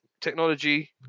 Technology